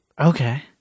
Okay